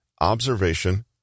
observation